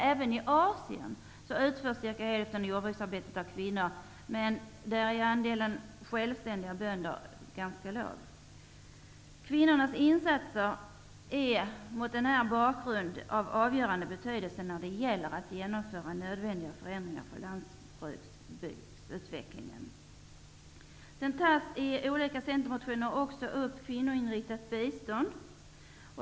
Även i Asien utförs cirka hälften av jordbruksarbetet av kvinnor, men andelen kvinnliga självständiga bönder är däremot ganska låg. Kvinnornas insatser är mot denna bakgrund av avgörande betydelse när det gäller att genomföra nödvändiga förändringar för lantbruksutvecklingen. I olika centermotioner tar man upp behovet av ett kvinnoinriktat bistånd.